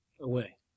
Away